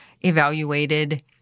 evaluated